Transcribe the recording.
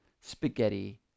spaghetti